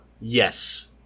Yes